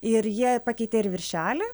ir jie pakeitė ir viršelį